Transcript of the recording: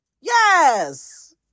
yes